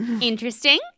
interesting